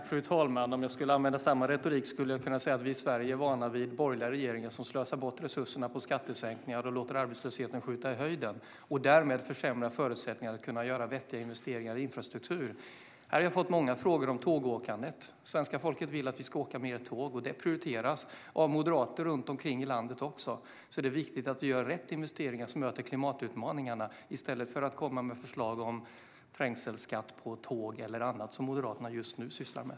Fru talman! Om jag skulle använda samma retorik skulle jag kunna säga: Vi i Sverige är vana vid borgerliga regeringar som slösar bort resurserna på skattesänkningar och låter arbetslösheten skjuta i höjden och därmed försämrar förutsättningarna att kunna göra vettiga investeringar i infrastruktur. Här har jag fått många frågor om tågåkandet. Svenska folket vill att vi ska åka mer tåg. Det prioriteras också av moderater runt omkring i landet. Det är viktigt att vi gör rätt investeringar som möter klimatutmaningarna i stället för att komma med förslag om trängselskatt på tåg eller annat som Moderaterna just nu sysslar med.